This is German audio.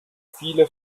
viele